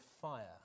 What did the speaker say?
fire